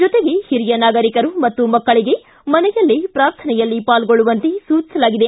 ಜೊತೆಗೆ ಹಿರಿಯ ನಾಗರಿಕರು ಮತ್ತು ಮಕ್ಕಳಿಗೆ ಮನೆಯಲ್ಲೇ ಪ್ರಾರ್ಥನೆಯಲ್ಲಿ ಪಾಲ್ಗೊಳ್ಳುವಂತೆ ಸೂಚಿಸಲಾಗಿದೆ